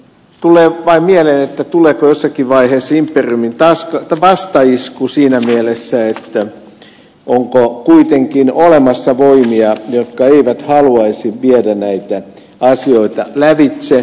tulee vain mieleen tuleeko jossakin vaiheessa imperiumin vastaisku siinä mielessä että onko kuitenkin olemassa voimia jotka eivät haluaisi viedä näitä asioita lävitse